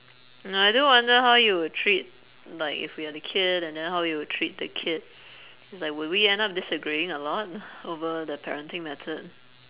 uh I do wonder how you would treat like if we had a kid and then how you would treat the kid it's like would we end up disagreeing a lot over the parenting method